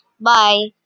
Bye